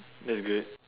that's good